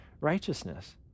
righteousness